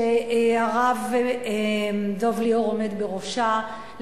שהרב דב ליאור עומד בראשה,